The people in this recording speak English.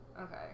Okay